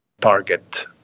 target